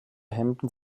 hemden